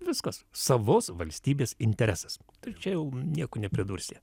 viskas savos valstybės interesas tai čia jau nieko nepridursi